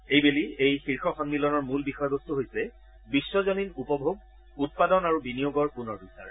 এইবেলি এই শীৰ্ষ সন্মিলনৰ মূল বিষয়বস্তু হৈছে বিশ্বজনীন উপভোগ উৎপাদন আৰু বিনিয়োগৰ পুনৰ বিচাৰ